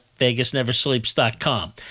VegasNeverSleeps.com